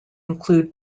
include